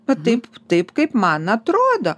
nu taip taip kaip man atrodo